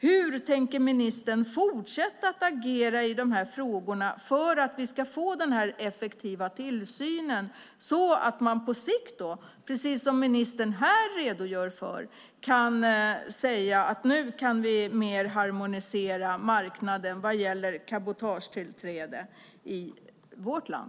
Hur tänker ministern fortsätta att agera i frågorna för att vi ska få den effektiva tillsynen, så att man på sikt, precis som ministern här redogör för, kan säga att vi nu mer kan harmonisera marknaden vad gäller cabotagetillträde i vårt land?